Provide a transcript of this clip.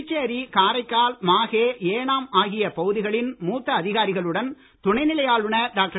புதுச்சேரி காரைக்கால் மாஹே ஏனாம் ஆகிய பகுதிகளின் மூத்த அதிகாரிகளுடன் துணைநிலை ஆளுனர் டாக்டர்